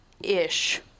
ish